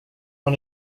han